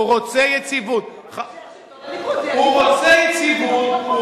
המשך שלטון הליכוד, הוא רוצה יציבות.